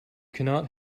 cannot